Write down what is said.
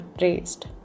raised